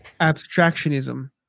abstractionism